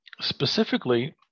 specifically